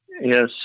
Yes